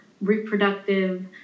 reproductive